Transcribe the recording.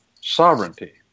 sovereignty